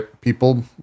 people